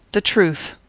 the truth.